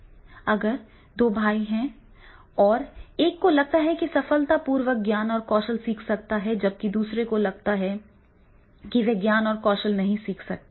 अगर दो भाई हैं और एक को लगता है कि वह सफलतापूर्वक ज्ञान और कौशल सीख सकता है जबकि दूसरा महसूस करता है कि वह ज्ञान और कौशल सीखता है